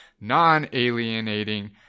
non-alienating